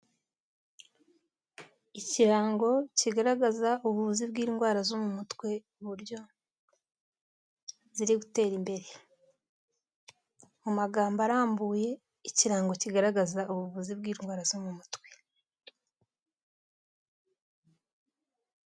Ikirango kigaragaza ubuvuzi bw'indwara zo mu mutwe uburyo ziri gutera imbere mu magambo arambuye ikirango kigaragaza ubuvuzi bw'indwara zo mu mutwe.